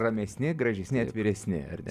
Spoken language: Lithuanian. ramesni gražesni atviresni ar ne